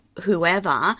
whoever